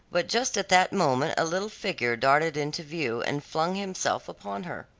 but just at that moment a little figure darted into view, and flung himself upon her.